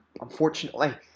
unfortunately